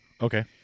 Okay